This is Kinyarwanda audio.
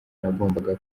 nagombaga